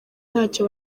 ntacyo